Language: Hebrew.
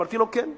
אמרתי לו: כן,